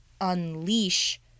unleash